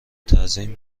تزیین